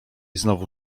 znowu